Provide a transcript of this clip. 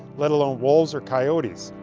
let alone wolves or coyotes.